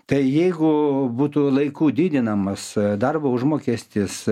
tai jeigu būtų laiku didinamas darbo užmokestis